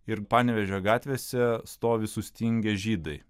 ir panevėžio gatvėse stovi sustingę žydai